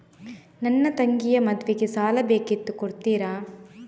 ನನ್ನ ತಂಗಿಯ ಮದ್ವೆಗೆ ಸಾಲ ಬೇಕಿತ್ತು ಕೊಡ್ತೀರಾ?